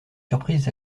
surprises